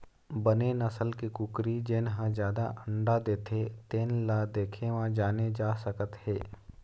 बने नसल के कुकरी जेन ह जादा अंडा देथे तेन ल देखे म जाने जा सकत हे